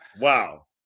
wow